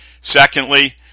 Secondly